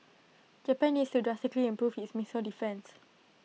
Japan needs to drastically improve its missile defence